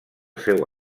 seu